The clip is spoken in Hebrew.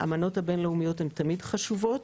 האמנות הבינלאומיות הן תמיד חשובות.